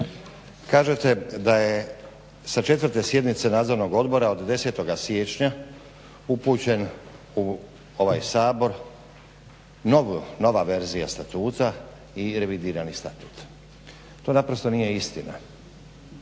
Kažete da je sa 4. sjednice Nadzornog odbora od 10.siječnja upućena u ovaj Sabor nova verzija statuta i revidirani statut. To naprosto nije istina